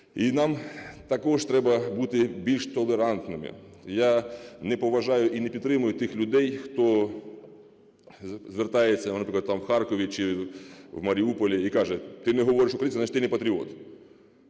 І нам також треба бути більш толерантними. Я не поважаю і не підтримую тих людей, хто звертається, наприклад, там у Харкові чи в Маріуполі, і каже: "Ти не говориш українською – значить, ти не патріот".